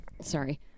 sorry